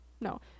no